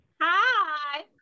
Hi